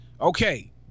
okay